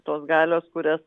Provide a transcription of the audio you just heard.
tos galios kurias